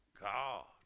God